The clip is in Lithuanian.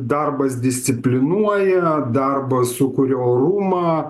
darbas disciplinuoja darbas sukuria orumą